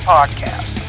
podcast